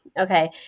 Okay